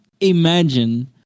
imagine